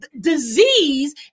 disease